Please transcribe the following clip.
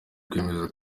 kwemeza